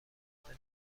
ناهار